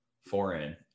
foreign